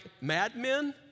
madmen